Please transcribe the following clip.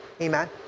Amen